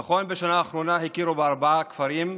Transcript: נכון, בשנה האחרונה הכירו בארבעה כפרים,